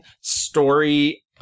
story